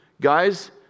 guys